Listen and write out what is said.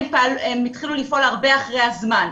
הם התחילו לפעול הרבה אחרי הזמן,